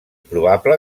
probable